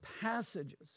passages